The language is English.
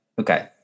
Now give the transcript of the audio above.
Okay